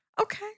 Okay